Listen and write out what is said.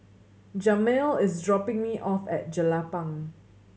Jamel is dropping me off at Jelapang